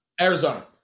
Arizona